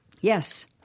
Yes